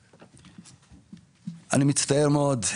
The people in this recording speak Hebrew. אני מצטער מאוד.